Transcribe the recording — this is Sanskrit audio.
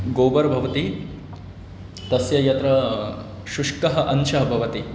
गोबर् भवति तस्य यत्र शुष्कः अंशः भवति